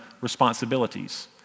responsibilities